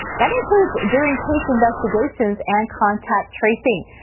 that includes during case investigations and contact tracing.